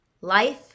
Life